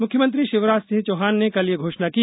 मुख्यमंत्री शिवराज सिंह चौहान ने कल ये घोषणा की